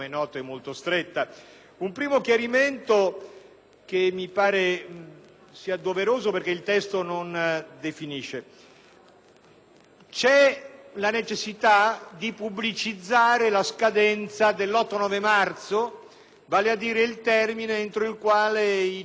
la necessità di pubblicizzare la scadenza dell'8-9 marzo, vale a dire il termine entro il quale i cittadini comunitari devono chiarire